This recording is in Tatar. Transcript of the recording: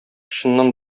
чыннан